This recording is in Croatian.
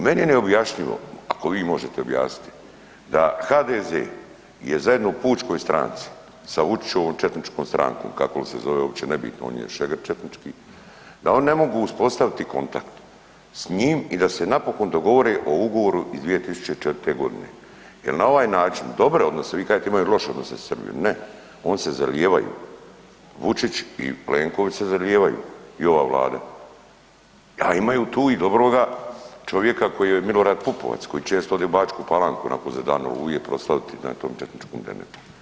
I meni je neobjašnjivo ako vi možete objasniti da HDZ je zajedno u pučkoj stranci sa Vučićevom četničkom strankom, kako li se zove uopće nebitno, on je šegrt četnički, da oni ne mogu uspostaviti kontakt s njim i da se napokon dogovore o Ugovoru iz 2004.g., jel na ovaj način dobro odnosno vi kažete da imaju loše odnose sa Srbijom, ne oni se zalijevaju, Vučić i Plenković se zalijevaju i ova vlada, a imaju tu i dobroga čovjeka koji je Milorad Pupovac koji često ode u Bačku Palanku onako za dane „Oluje“ proslaviti na tom četničkom derneku.